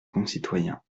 concitoyens